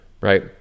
right